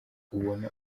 ubona